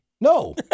No